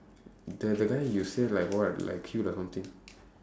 the the guy you say like what like cute or something